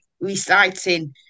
reciting